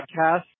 podcast